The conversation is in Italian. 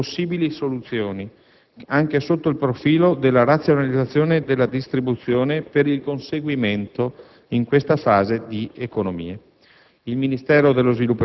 per l'individuazione di possibili soluzioni, anche sotto il profilo della razionalizzazione della distribuzione, per il conseguimento, in questa fase, di economie.